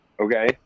okay